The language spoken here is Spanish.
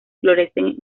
florecen